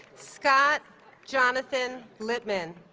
scott jonathan lipman